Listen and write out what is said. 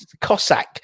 Cossack